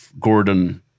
Gordon